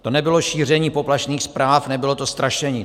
To nebylo šíření poplašných zpráv, nebylo to strašení.